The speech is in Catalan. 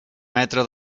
metre